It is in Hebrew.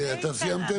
סיימתם?